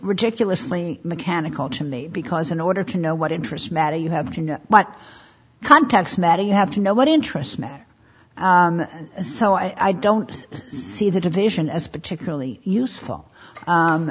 ridiculously mechanical to me because in order to know what interest matter you have to know what context matter you have to know what interests matter so i don't see the division as particularly useful